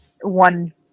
one